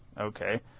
Okay